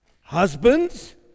Husbands